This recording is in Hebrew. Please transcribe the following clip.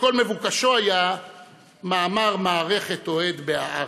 שכל מבוקשו היה מאמר מערכת אוהד ב"הארץ",